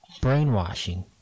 brainwashing